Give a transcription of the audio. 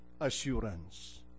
assurance